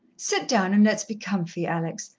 sit down and let's be comfy, alex.